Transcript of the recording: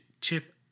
chip